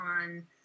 on